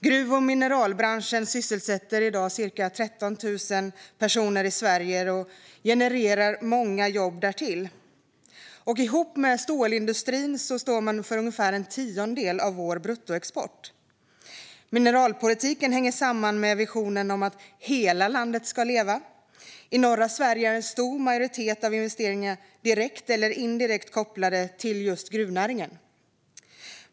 Gruv och mineralbranschen sysselsätter i dag cirka 13 000 personer i Sverige och genererar många jobb därtill. Tillsammans med stålindustrin står man för ungefär en tiondel av vår bruttoexport. Mineralpolitiken hänger samman med visionen om att hela landet ska leva. I norra Sverige är en stor majoritet av investeringarna direkt eller indirekt kopplade till just gruvnäringen.